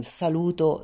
saluto